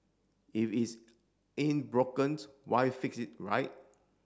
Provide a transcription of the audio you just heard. if it's ain't broken why fix it right